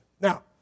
now